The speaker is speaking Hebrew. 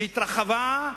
שהתרחבה,